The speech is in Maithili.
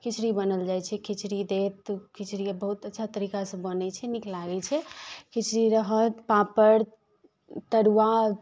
खिचड़ी बनाओल जाइ छै खिचड़ी देत खिचड़ी बहुत अच्छा तरीकासँ बनै छै नीक लागै छै खिचड़ी रहत पापड़ तरुआ